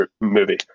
movie